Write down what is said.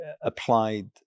applied